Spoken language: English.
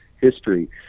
history